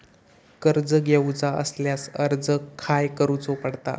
कर्ज घेऊचा असल्यास अर्ज खाय करूचो पडता?